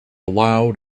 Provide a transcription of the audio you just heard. loud